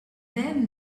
then